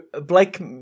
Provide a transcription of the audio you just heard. Blake